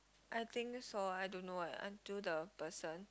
I think so I don't know eh until the person